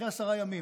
אחרי עשרה ימים.